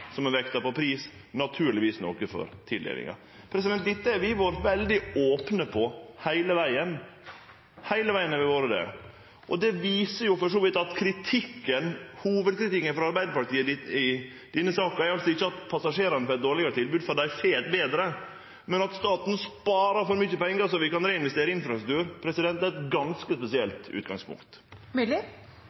som var vekta på pris, naturlegvis noko for tildelinga. Det har vi vore veldig opne på heile vegen – heile vegen har vi vore det. Det viser for så vidt at hovudkritikken frå Arbeidarpartiet i denne saka ikkje er at passasjerane får eit dårlegare tilbod – for dei får eit betre tilbod – men at staten sparer for mykje pengar som vi kan reinvestere i infrastruktur. Det er eit ganske spesielt